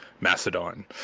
macedon